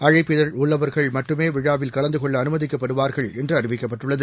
அழைப்பிதம் உள்ளவர்கள் மட்டுமேவிழாவில் கலந்த கொள்ள அமுமதிக்கப்படுவார்கள் என்றுஅறிவிக்கப்பட்டுள்ளது